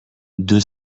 deux